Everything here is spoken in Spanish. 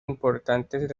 importantes